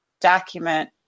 document